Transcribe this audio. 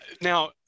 Now